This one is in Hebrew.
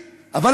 ואני,